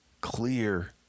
clear